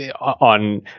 on